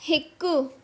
हिकु